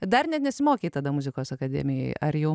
dar net nesimokei tada muzikos akademijoj ar jau